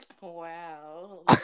Wow